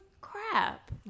crap